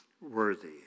worthy